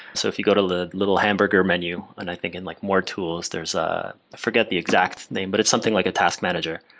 so if you go to the little hamburger menu and i think in like more tools, there's a i forget the exact name, but it's something like a task manager,